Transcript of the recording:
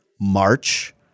March